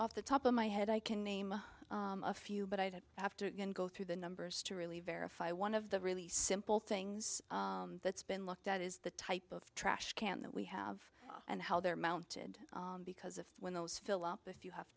off the top of my head i can name a few but i'd have to go through the numbers to really verify one of the really simple things that's been looked at is the type of trash can that we have and how they're mounted because if when those fill up if you have